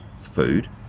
food